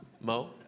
Mo